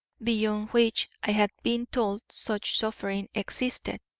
beyond which i had been told such suffering existed.